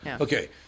Okay